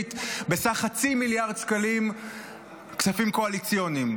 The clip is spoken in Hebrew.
תקציבית בסך חצי מיליארד שקלים כספים קואליציוניים